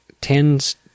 tends